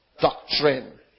doctrine